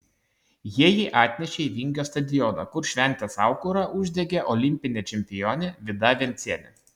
jie jį atnešė į vingio stadioną kur šventės aukurą uždegė olimpinė čempionė vida vencienė